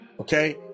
okay